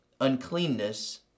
uncleanness